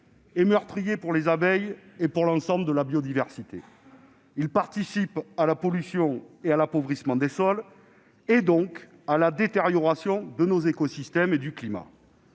sont meurtriers pour les abeilles et pour l'ensemble de la biodiversité. Ils participent à la pollution et à l'appauvrissement des sols, donc à la détérioration de nos écosystèmes et du climat.